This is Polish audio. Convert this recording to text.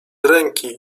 ręki